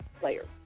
players